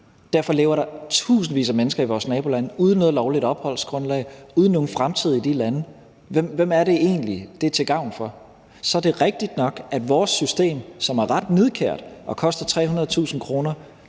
Derfor lever der tusindvis af mennesker i vores nabolande uden noget lovligt opholdsgrundlag, uden nogen fremtid i de lande. Hvem er det egentlig, det er til gavn for? Så er det rigtigt nok, at vores system, som er ret nidkært og koster 300.000 kr.